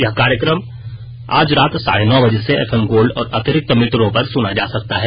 यह कार्यक्रम आज रात साढे नौ बजे से एफएम गोल्ड और अतिरिक्त मीटरों पर सुना जा सकता है